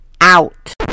out